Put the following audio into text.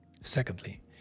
Secondly